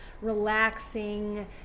relaxing